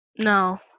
No